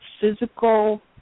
physical